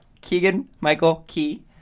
Keegan-Michael-Key